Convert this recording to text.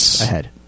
ahead